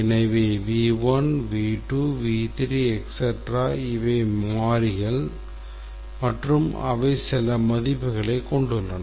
எனவே V1 V2 V3 etc இவை மாறிகள் மற்றும் அவை சில மதிப்புகளைக் கொண்டுள்ளன